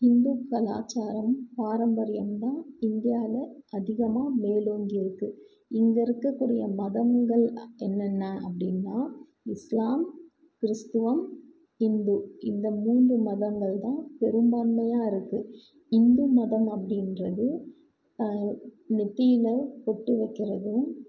ஹிந்து கலாச்சாரம் பாரம்பரியம்தான் இந்தியாவில் அதிகமாக மேலோங்கி இருக்குது இங்கே இருக்கக்கூடிய மதங்கள் என்னென்ன அப்படினா இஸ்லாம் கிறிஸ்துவம் ஹிந்து இந்த மூன்று மதங்கள்தான் பெரும்பான்மையாக இருக்குது இந்து மதம் அப்படின்றது நெத்தியில் பொட்டு வைக்கறதும்